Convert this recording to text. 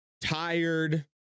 tired